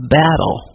battle